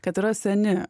kad yra seni